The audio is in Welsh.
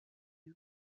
nhw